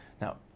Now